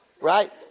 right